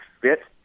fit